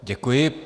Děkuji.